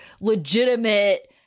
legitimate